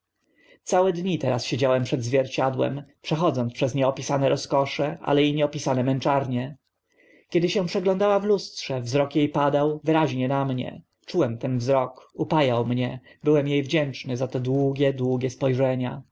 całe dni teraz siedziałem przed zwierciadłem przechodząc przez nieopisane rozkosze ale i nieopisane męczarnie kiedy się przeglądała w lustrze wzrok e padał wyraźnie na mnie czułem ten wzrok upa ał mnie byłem e wdzięczny za to długie długie spo